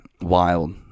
wild